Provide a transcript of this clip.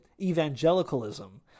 evangelicalism